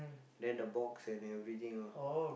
then the box and everything all